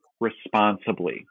responsibly